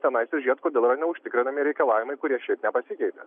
tenai sužiūrėt kodėl yra neužtikrindami reikalavimai kurie šiaip nepasikeitė